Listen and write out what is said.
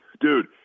Dude